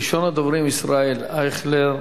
ראשון הדוברים הוא ישראל אייכלר,